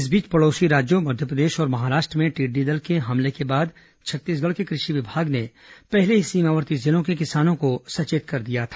इस बीच पड़ोसी राज्यों मध्यप्रदेश और महाराष्ट्र में टिड्डी दल के हमले के बाद छत्तीसगढ़ के कृ धि विभाग ने पहले ही सीमावर्ती जिलों के किसानों को सचेत कर दिया था